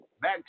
back